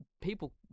people